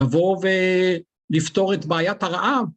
לבוא ולפתור את בעיית הרעב.